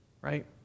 Right